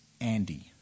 Andy